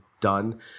done